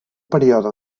període